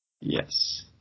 Yes